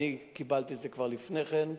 אני קיבלתי את זה כבר לפני כן,